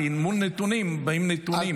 כי אל מול נתונים באים עם נתונים,